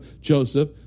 Joseph